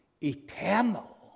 eternal